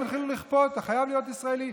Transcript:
התחילו לכפות: אתה חייב להיות ישראלי,